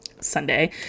Sunday